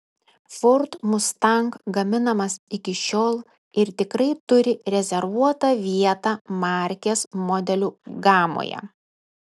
ford mustang gaminamas iki šiol ir tikrai turi rezervuotą vietą markės modelių gamoje